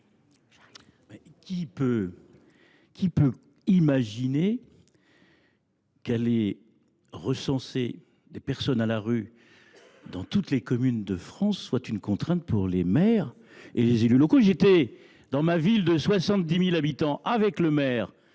Qui peut imaginer qu’aller recenser des personnes à la rue dans toutes les communes de France soit une contrainte pour les maires et les élus locaux ?